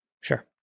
sure